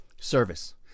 Service